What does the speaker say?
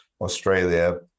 Australia